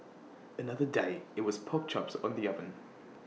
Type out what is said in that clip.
another day IT was pork chops on the oven